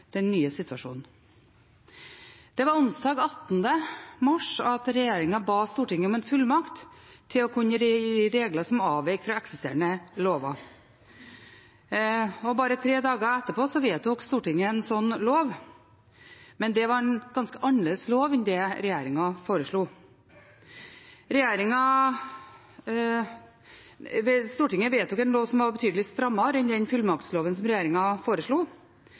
den nye situasjonen. Det var onsdag den 18. mars at regjeringen ba Stortinget om en fullmakt til å innføre regler som avviker fra eksisterende lover. Bare tre dager etterpå vedtok Stortinget en slik lov, men det var en ganske annerledes lov enn den regjeringen foreslo. Stortinget vedtok en lov som var betydelig strammere enn den fullmaktsloven som regjeringen foreslo.